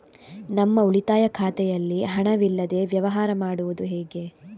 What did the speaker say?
ನಮ್ಮ ಉಳಿತಾಯ ಖಾತೆಯಲ್ಲಿ ಹಣವಿಲ್ಲದೇ ವ್ಯವಹಾರ ಮಾಡುವುದು ಹೇಗೆ?